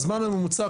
הזמן הממוצע,